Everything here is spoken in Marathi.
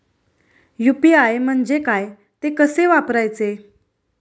यु.पी.आय म्हणजे काय, ते कसे वापरायचे?